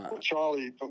Charlie